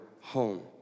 home